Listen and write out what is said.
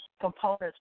components